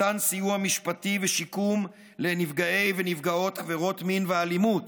על מתן סיוע משפטי ושיקום לנפגעות ולנפגעי עבירות מין ואלימות